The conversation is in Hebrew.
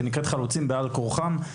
שנקראת: "חלוצים בעל כורחם",